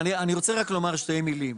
אני רוצה לומר שתי מילים.